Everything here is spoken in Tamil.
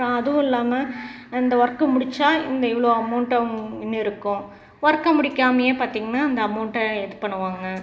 அப்புறம் அதுவும் இல்லாமல் இந்த ஒர்க்கு முடித்தா இந்த இவ்வளோ அமௌண்ட்டு அவங்க இன்னும் இருக்கும் ஒர்க்கை முடிக்காமேயே பார்த்திங்கன்னா அந்த அமௌண்ட்டை இது பண்ணுவாங்க